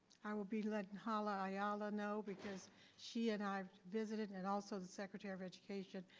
i will be letting hala iyala know because she and i visited and also the secretary of education,